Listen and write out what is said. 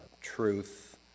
truth